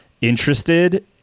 interested